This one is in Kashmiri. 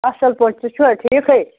اَصٕل پٲٹھۍ تُہۍ چھُوا ٹھیٖکٕے